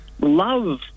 love